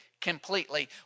completely